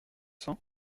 sens